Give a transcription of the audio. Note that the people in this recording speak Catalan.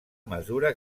mesura